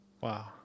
Wow